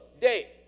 day